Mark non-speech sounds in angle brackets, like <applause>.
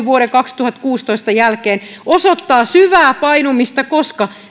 <unintelligible> vuoden kaksituhattakuusitoista jälkeen osoittaa syvää painumista koska